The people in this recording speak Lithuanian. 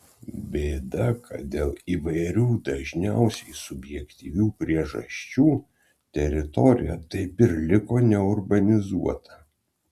bėda kad dėl įvairių dažniausiai subjektyvių priežasčių teritorija taip ir liko neurbanizuota